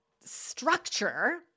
structure